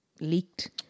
leaked